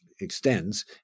extends